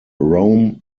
rome